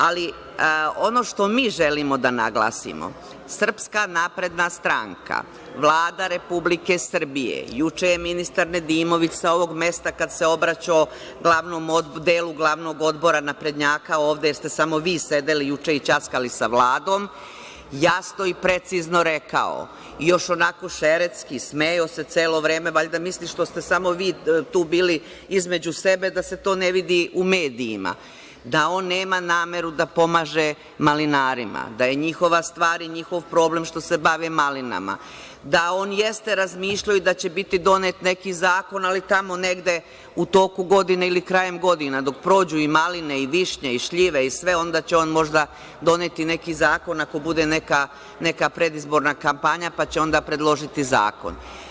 Ali, ono što mi želimo da naglasimo, SNS, Vlada Republike Srbije, juče je ministar Nedimović sa ovog mesta, kada se obraćao delu glavnog odbora naprednjaka, ovde ste samo vi sedeli juče i ćaskali sa Vladom, jasno i precizno rekao, i još onako šeretski smejao se celo vreme, valjda misli što ste samo vi tu bili između sebe, da se to ne vidi u medijima, da on nema nameru da pomaže malinarima, da je njihova stvar i njihov problem što se bave malinama, da on jeste razmišljao i da će biti donet neki zakon, ali tamo negde u toku godine ili krajem godine, dok prođu i maline i višnje i šljive i sve, onda će on možda doneti neki zakon ako bude neka predizborna kampanja, pa će onda predložiti zakon.